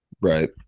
Right